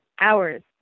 hours